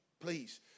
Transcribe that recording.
please